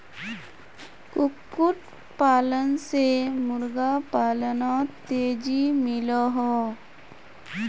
कुक्कुट पालन से मुर्गा पालानोत तेज़ी मिलोहो